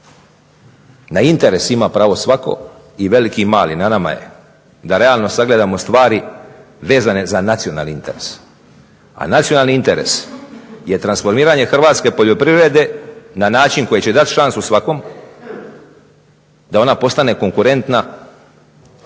Na interes ima pravo svatko i veliki i mali. Na nama je da realno sagledamo stvari vezane za nacionalni interes, a nacionalni interes je transformiranje hrvatske poljoprivrede na način koji će dati šansu svakom da ona postane konkurentna,